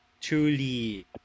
Truly